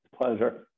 Pleasure